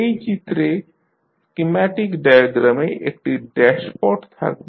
এই চিত্রে স্কিম্যাটিক ডায়াগ্রামে একটি ড্যাশপট থাকবে